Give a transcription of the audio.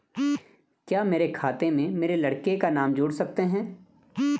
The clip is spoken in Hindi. क्या मेरे खाते में मेरे लड़के का नाम जोड़ सकते हैं?